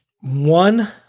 One